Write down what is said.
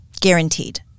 guaranteed